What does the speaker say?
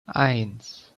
eins